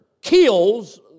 kills